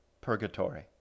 Purgatory